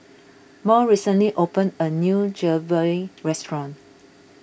Murl recently opened a new Jalebi restaurant